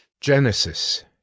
Genesis